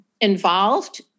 involved